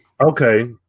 Okay